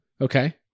Okay